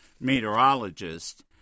meteorologist